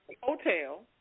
hotel